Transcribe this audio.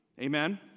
Amen